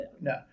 no